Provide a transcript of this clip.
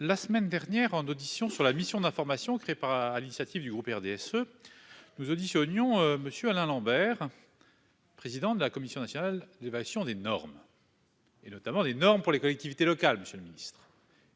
La semaine dernière en audition sur la mission d'information, créée par à l'initiative du groupe RDSE. Nous Odyssey oignons Monsieur Alain Lambert. Président de la commission nationale d'évaluation des normes. Et notamment des normes pour les collectivités locales. Monsieur le Ministre.